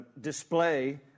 display